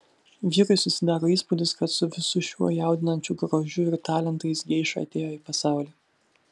vyrui susidaro įspūdis kad su visu šiuo jaudinančiu grožiu ir talentais geiša atėjo į pasaulį